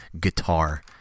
guitar